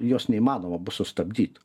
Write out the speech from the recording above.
jos neįmanoma bus sustabdyt